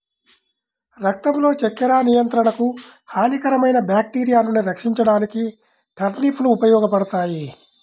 రక్తంలో చక్కెర నియంత్రణకు, హానికరమైన బ్యాక్టీరియా నుండి రక్షించడానికి టర్నిప్ లు ఉపయోగపడతాయి